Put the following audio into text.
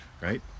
right